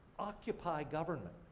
occupy government,